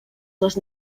les